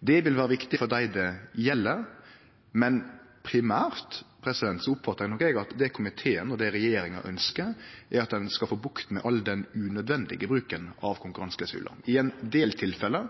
Det vil vere viktig for dei det gjeld, men primært oppfattar nok eg at det komiteen og det regjeringa ønskjer, er at ein skal få bukt med all den unødvendige bruken av konkurranseklausular. I ein del tilfelle